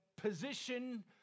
position